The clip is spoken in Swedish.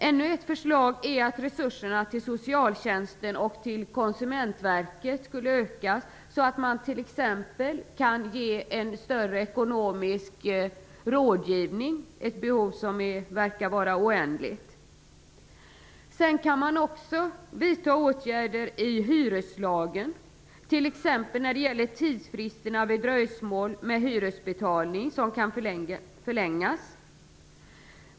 Ännu ett förslag är att resurserna till socialtjänsten och Konsumentverket skulle ökas, så att man t.ex. kan ge mer omfattande ekonomisk rådgivning, ett behov som verkar vara oändligt. Man kan också göra ändringar i hyreslagen, t.ex. när det gäller tidsfristerna vid dröjsmål med hyresbetalning, som kan förlängas.